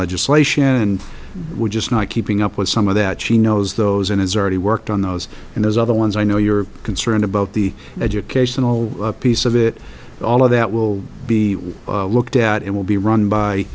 legislation and we're just not keeping up with some of that she knows those and has already worked on those and those other ones i know you're concerned about the educational piece of it all of that will be looked at it will be run by